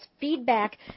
Feedback